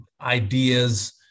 ideas